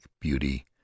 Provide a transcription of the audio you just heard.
beauty